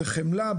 בחמלה,